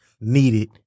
needed